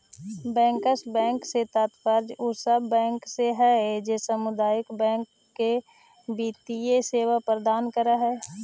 bankers bank से तात्पर्य उ सब बैंक से हइ जे सामुदायिक बैंक के वित्तीय सेवा प्रदान करऽ हइ